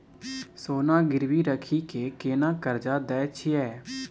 सोना गिरवी रखि के केना कर्जा दै छियै?